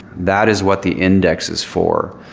that is what the index is for.